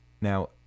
now